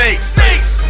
snakes